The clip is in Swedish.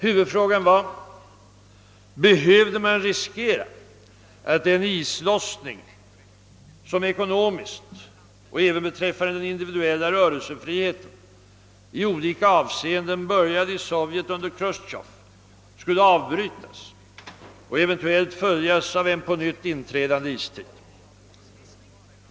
Huvudfrågan var om man behövde riskera att den islossning, som ekonomiskt och beträffande den individuella rörelsefriheten i olika avseenden började i Sovjet under Chrustjov, skulle avbrytas och eventuellt följas av en på nytt inträdande istid.